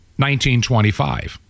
1925